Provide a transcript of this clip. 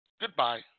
Goodbye